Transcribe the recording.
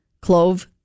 clove